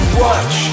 watch